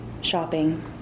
shopping